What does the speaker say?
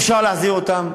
אפשר להחזיר אותם.